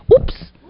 Oops